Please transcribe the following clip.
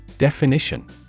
Definition